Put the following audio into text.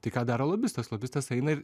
tai ką daro lobistas lobistas eina ir